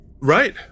right